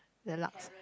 the laksa